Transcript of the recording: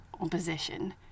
opposition